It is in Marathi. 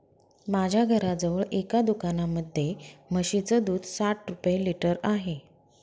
माझ्या घराजवळ एका दुकानामध्ये म्हशीचं दूध साठ रुपये लिटर आहे